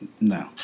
No